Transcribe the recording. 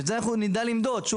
אנחנו נדע למדוד את זה תוך שנתיים,